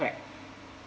right